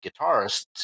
guitarist